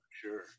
sure